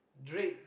Drake